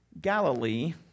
Galilee